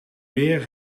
weer